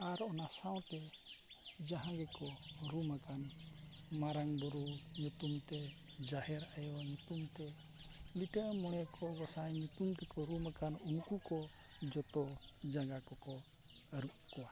ᱟᱨ ᱚᱱᱟ ᱥᱟᱶᱛᱮ ᱡᱟᱦᱟᱸ ᱜᱮᱠᱚ ᱨᱩᱢ ᱟᱠᱟᱱ ᱢᱟᱨᱟᱝ ᱵᱩᱨᱩ ᱧᱩᱛᱩᱢ ᱛᱮ ᱡᱟᱦᱮᱨ ᱟᱭᱳ ᱧᱩᱛᱩᱢ ᱛᱮ ᱞᱤᱴᱟᱹ ᱢᱚᱬᱮ ᱠᱚ ᱜᱚᱸᱥᱟᱭ ᱧᱩᱛᱩᱢ ᱛᱮᱠᱚ ᱨᱩᱢ ᱟᱠᱟᱱ ᱩᱱᱠᱩ ᱠᱚ ᱡᱚᱛᱚ ᱡᱟᱸᱜᱟ ᱠᱚᱠᱚ ᱟᱹᱨᱩᱵ ᱠᱚᱣᱟ